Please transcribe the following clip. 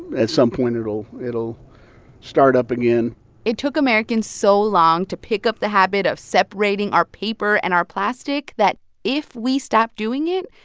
at some point, it'll it'll start up again it took americans so long to pick up the habit of separating our paper and our plastic that if we stopped doing it,